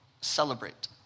celebrate